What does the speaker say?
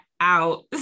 out